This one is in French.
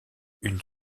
une